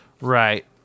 Right